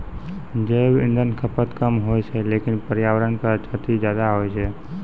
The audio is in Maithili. जैव इंधन खपत कम होय छै लेकिन पर्यावरण क क्षति ज्यादा होय छै